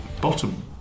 bottom